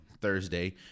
Thursday